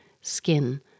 skin